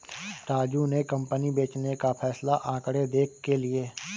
राजू ने कंपनी बेचने का फैसला आंकड़े देख के लिए